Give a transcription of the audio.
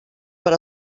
per